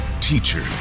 Teacher